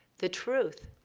the truth,